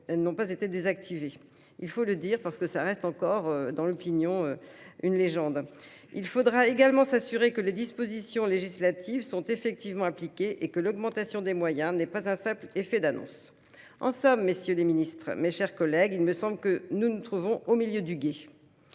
n’avaient pas été désactivées. Il faut le dire, car ce sujet demeure une légende dans l’opinion. Il faudra également s’assurer que les dispositions législatives sont effectivement appliquées et que l’augmentation des moyens n’est pas un simple effet d’annonce. En somme, messieurs les ministres, mes chers collègues, il me semble que nous nous trouvons au milieu du gué.